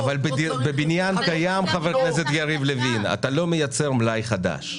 אבל בבניין קיים חבר הכנסת יריב לוין אתה לא מייצר מלאי חדש.